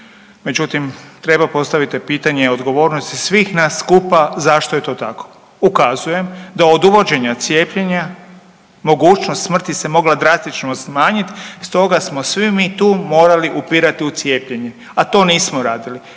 međutim treba postaviti pitanje odgovornosti svih nas skupa zašto je to tako. Ukazujem da od uvođenja cijepljenja mogućnost smrti se mogla drastično smanjit, stoga smo svi mi tu morali upirati u cijepljenje, a to nismo radili